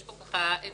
יש פה איזשהו